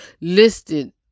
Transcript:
listed